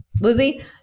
Lizzie